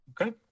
Okay